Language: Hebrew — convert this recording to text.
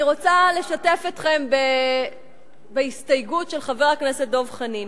אני רוצה לשתף אתכם בהסתייגות של חבר הכנסת דב חנין.